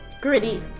Gritty